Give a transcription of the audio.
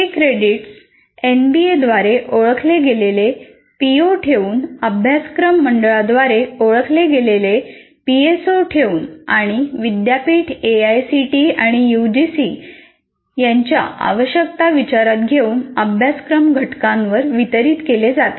हे credits NBA द्वारे ओळखले गेलेले पीओ ठेवून अभ्यासक्रम मंडळाद्वारे ओळखले गेलेले पीएसओ ठेवून आणि विद्यापीठ एआयसीटीई आणि यूजीसी यांच्या आवश्यकता विचारात घेऊन अभ्यासक्रम घटकांवर वितरित केले जातात